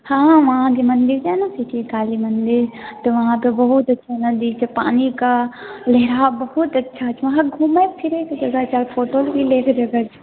हँ वहाँ जे मंदिर यऽ ने सिटी काली मंदिर तऽ वहाँ पे बहुत अच्छा मंदिर छै पानिके यहाँ बहुत अच्छा छै वहाँ घूमए फिरएके जगह छै फटो भी लए के जगह छै